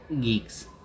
geeks